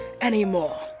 anymore